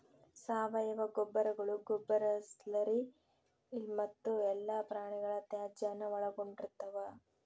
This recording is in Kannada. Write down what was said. ಸಾವಯವ ಗೊಬ್ಬರಗಳು ಗೊಬ್ಬರ ಸ್ಲರಿ ಮತ್ತು ಎಲ್ಲಾ ಪ್ರಾಣಿಗಳ ತ್ಯಾಜ್ಯಾನ ಒಳಗೊಂಡಿರ್ತವ